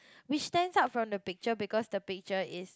we stand out from the picture because the picture is